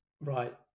right